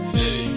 hey